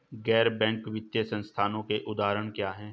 गैर बैंक वित्तीय संस्थानों के उदाहरण क्या हैं?